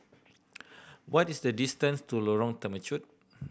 what is the distance to Lorong Temechut